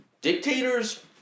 Dictators